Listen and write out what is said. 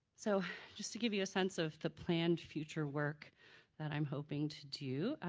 so just to give you a sense of the planned future work that i'm hoping to do,